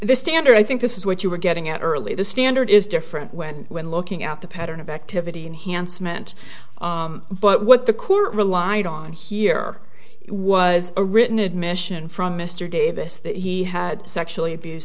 the standard i think this is what you were getting out early the standard is different when we're looking at the pattern of activity and hance meant but what the court relied on here was a written admission from mr davis that he had sexually abused